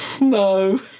No